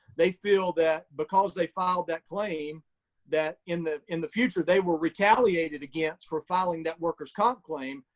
they feel that because they filed that claim that in the in the future they were retaliated against for filing that worker's worker's comp claim,